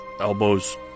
elbows